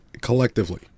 collectively